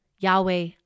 Yahweh